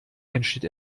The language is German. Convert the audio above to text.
entsteht